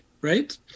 right